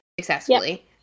successfully